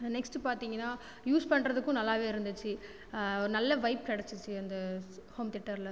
next பார்த்தீங்கனா use பண்ணுறதுக்கும் நல்லாவே இருந்துச்சு ஒரு நல்ல வைப் கிடைச்சிச்சி அந்த ஃஹோம்தேட்டரில்